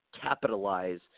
capitalize